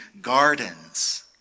gardens